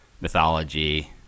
mythology